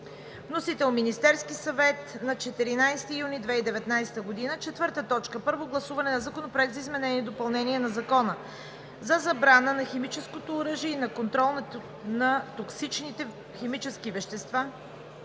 Вносител е Министерският съвет на 14 юни 2019 г. 4. Първо гласуване на Законопроекта за изменение и допълнение на Закона за забрана на химическото оръжие и за контрол на токсичните химически вещества